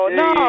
no